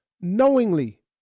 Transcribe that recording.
Knowingly